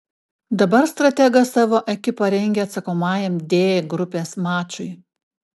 dabar strategas savo ekipą rengia atsakomajam d grupės mačui